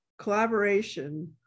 collaboration